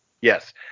Yes